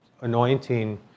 anointing